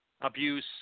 abuse